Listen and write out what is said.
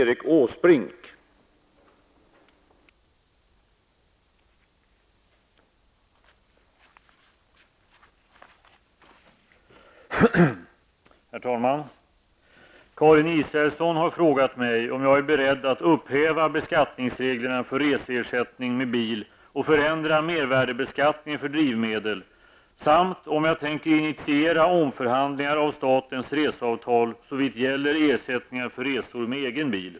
Herr talman! Karin Israelsson har frågat mig om jag är beredd att upphäva beskattningsreglerna för reseersättning med bil och förändra mervärdebeskattningen för drivmedel samt om jag tänker initiera omförhandlingar av statens reseavtal såvitt gäller ersättningar för resor med egen bil.